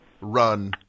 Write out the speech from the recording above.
run